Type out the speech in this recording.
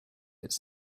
it’s